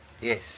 Yes